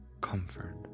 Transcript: comfort